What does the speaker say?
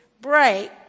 break